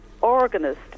organist